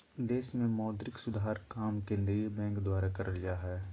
देश मे मौद्रिक सुधार काम केंद्रीय बैंक द्वारा करल जा हय